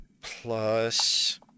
plus